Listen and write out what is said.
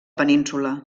península